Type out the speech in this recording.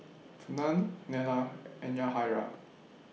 Fernand Nella and Yahaira